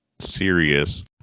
serious